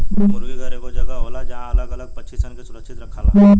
मुर्गी घर एगो जगह होला जहां अलग अलग पक्षी सन के सुरक्षित रखाला